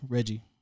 Reggie